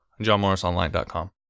JohnMorrisOnline.com